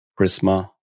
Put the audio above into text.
Prisma